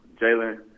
Jalen